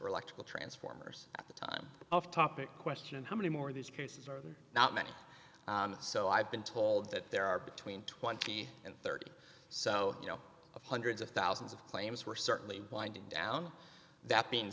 or electrical transformers at the time off topic question and how many more of these cases are not many so i've been told that there are between twenty and thirty so you know of hundreds of thousands of claims were certainly winding down that being